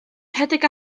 rhedeg